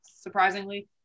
surprisingly